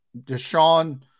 Deshaun